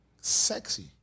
sexy